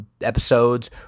Episodes